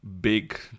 big